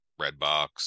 Redbox